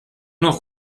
noch